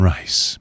Rice